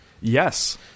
Yes